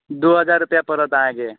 दू हजार रुपैआ परत अहाँके